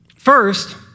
First